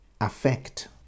affect